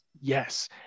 yes